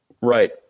Right